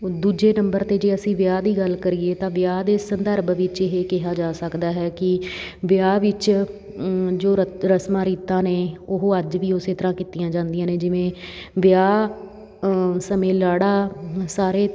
ਦੂਜੇ ਨੰਬਰ 'ਤੇ ਜੇ ਅਸੀਂ ਵਿਆਹ ਦੀ ਗੱਲ ਕਰੀਏ ਤਾਂ ਵਿਆਹ ਦੇ ਸੰਦਰਭ ਵਿੱਚ ਇਹ ਕਿਹਾ ਜਾ ਸਕਦਾ ਹੈ ਕਿ ਵਿਆਹ ਵਿੱਚ ਜੋ ਰ ਰਸਮਾਂ ਰੀਤਾਂ ਨੇ ਉਹ ਅੱਜ ਵੀ ਉਸੇ ਤਰ੍ਹਾਂ ਕੀਤੀਆਂ ਜਾਂਦੀਆਂ ਨੇ ਜਿਵੇਂ ਵਿਆਹ ਸਮੇਂ ਲਾੜਾ ਸਾਰੇ